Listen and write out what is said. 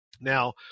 Now